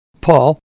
Paul